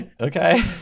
okay